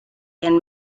and